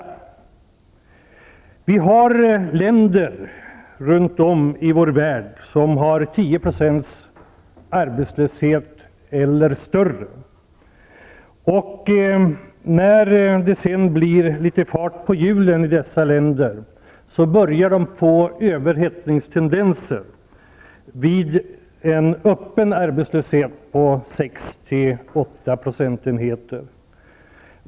Det finns länder runt om i världen som har 10 % arbetslöshet eller mer, och när det blir litet fart på hjulen i dessa länder börjar de få överhettningstendenser vid en öppen arbetslöshet på 6--8 %.